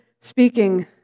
speaking